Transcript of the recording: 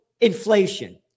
inflation